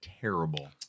Terrible